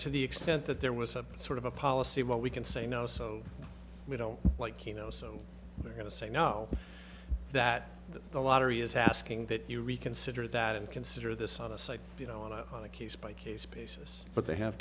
to the extent that there was a sort of a policy of what we can say now so we don't like you know so they're going to say no that the lottery is asking that you reconsider that and consider this on a site you know on a case by case basis but they have